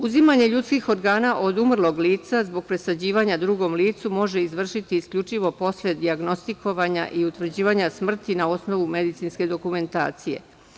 Uzimanje ljudskih organa od umrlog lica zbog presađivanja drugom licu može izvršiti isključivo posle dijagnostikovanja i utvrđivanja smrti na osnovu medicinske dokumentacije.